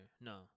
No